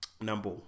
number